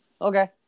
okay